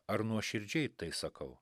ar nuoširdžiai tai sakau